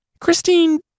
Christine